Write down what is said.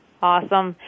Awesome